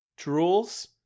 drools